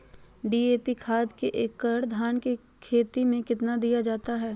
DAP खाद एक एकड़ धान की खेती में कितना दीया जाता है?